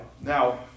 Now